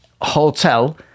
Hotel